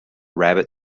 rabbit